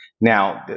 Now